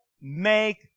make